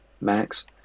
max